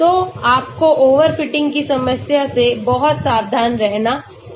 तो आपको ओवरफिटिंग की समस्या से बहुत सावधान रहना होगा